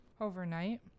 Overnight